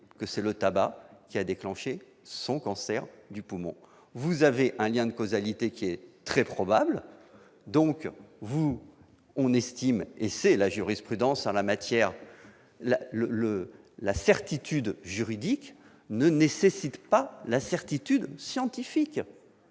que c'est le tabac qui a déclenché le cancer du poumon. Cela étant, le lien de causalité est très probable. En conséquence- c'est la jurisprudence en la matière -, la certitude juridique n'exige pas la certitude scientifique.